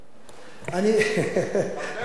הרבה "גוגל-מוגל" תשתה.